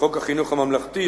בחוק החינוך הממלכתי,